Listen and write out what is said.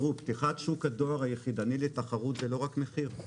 פתיחת שוק הדואר היחידני לתחרות זה לא רק מחיר.